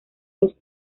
los